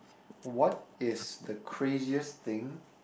what is the craziest thing